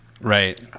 Right